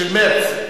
של מרס,